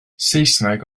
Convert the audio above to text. saesneg